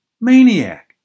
maniac